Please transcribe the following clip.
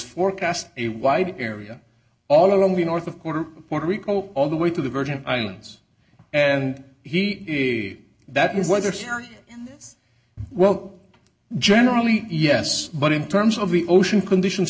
forecast a wide area all along the north of quarter puerto rico all the way to the virgin islands and he that is weather center well generally yes but in terms of the ocean conditions